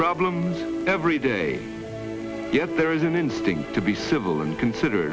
problems every day yet there is an instinct to be civil and consider